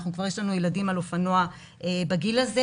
כבר יש לנו ילדים על אופנוע בגיל הזה,